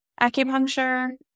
acupuncture